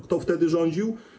Kto wtedy rządził?